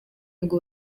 ngo